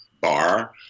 bar